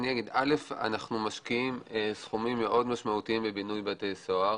אנחנו משקיעים סכומים מאוד ניכרים בבינוי בתי סוהר